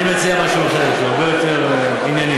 אני מציע משהו אחר, שהוא הרבה יותר ענייני: